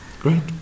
Great